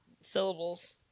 syllables